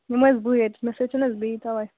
یہِ ما حَظ بٕے یوت مےٚ سۭتۍ چھِ نہَ بیٚیہِ توٕے